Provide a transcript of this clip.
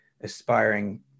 aspiring